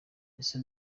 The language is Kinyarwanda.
ese